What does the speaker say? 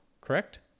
Correct